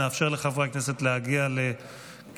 נאפשר לחברי הכנסת להגיע לכיסאותיהם.